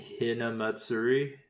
Hinamatsuri